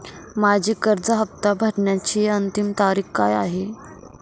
माझी कर्ज हफ्ता भरण्याची अंतिम तारीख काय आहे?